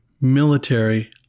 military